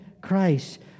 Christ